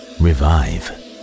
revive